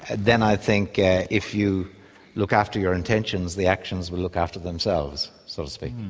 then i think if you look after your intentions, the actions will look after themselves, so to speak.